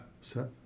Seth